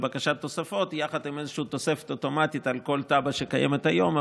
לבקשת תוספות יחד עם תוספת אוטומטית על כל תב"ע שקיימת היום,